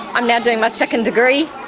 um yeah doing my second degree.